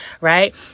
right